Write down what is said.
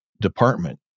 department